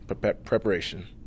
Preparation